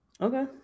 Okay